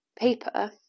paper